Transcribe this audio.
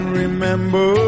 remember